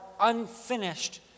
unfinished